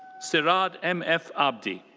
serad m f. abdi.